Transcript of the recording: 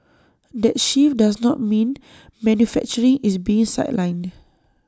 that shift does not mean manufacturing is being sidelined